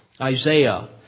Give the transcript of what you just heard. Isaiah